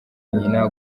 nyina